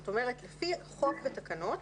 זאת אומרת, לפי החוק והתקנות,